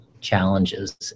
challenges